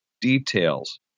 details